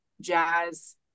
jazz